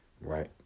Right